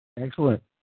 Excellent